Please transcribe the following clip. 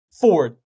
Ford